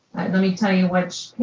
let me tell you what